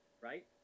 right